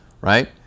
right